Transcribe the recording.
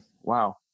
wow